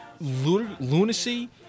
lunacy